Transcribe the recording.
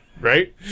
right